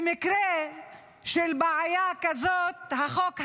במקרה של בעיה כזאת, החוק הזה,